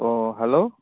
অঁ হেল্ল'